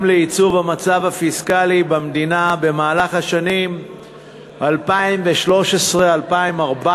לייצוב המצב הפיסקלי במדינה במהלך השנים 2013 ו-2014,